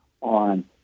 on